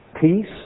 peace